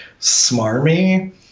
smarmy